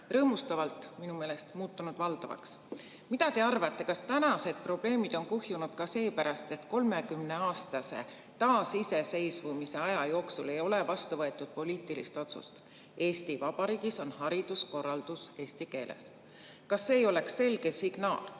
rõõmustavalt – minu meelest – muutunud valdavaks. Mida te arvate, kas tänased probleemid on kuhjunud ka seepärast, et 30 aastat kestnud taasiseseisvuse aja jooksul ei ole vastu võetud poliitilist otsust, et Eesti Vabariigis on hariduskorraldus eesti keeles? Kas see ei oleks selge signaal,